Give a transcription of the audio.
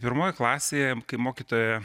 pirmoj klasėje kai mokytoja